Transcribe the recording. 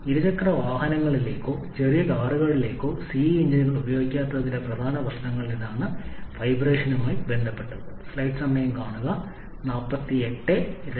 ഇരുചക്രവാഹനങ്ങളിലേക്കോ ചെറിയ കാറുകളിലേക്കോ സിഐ എഞ്ചിനുകൾ പ്രയോഗിക്കാത്തതിന്റെ വലിയ പ്രശ്നങ്ങളിലൊന്നാണ് വൈബ്രേഷനുമായി ബന്ധപ്പെട്ട പ്രശ്നങ്ങൾ തുടങ്ങിയവ